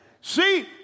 See